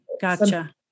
Gotcha